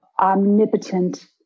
omnipotent